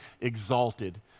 exalted